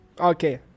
Okay